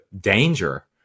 danger